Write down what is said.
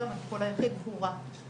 פשוט היום הטיפול היחיד הוא רק אשפוז.